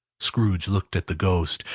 scrooge looked at the ghost,